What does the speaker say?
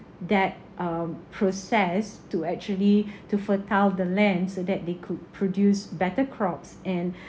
that um process to actually to fertile the lands so that they could produce better crops and